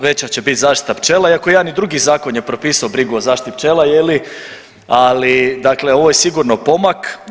Veća će biti zaštita pčela iako i jedan drugi zakon je propisao brigu o zaštitu pčela je li, ali dakle ovo je sigurno pomak.